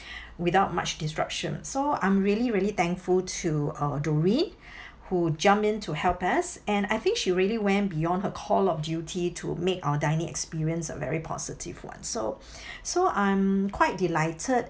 without much disruption so I'm really really thankful to uh doreen who jump in to help us and I think she really went beyond her call of duty to make our dining experience a very positive one so so I'm quite delighted